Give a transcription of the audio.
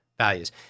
values